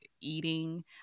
eating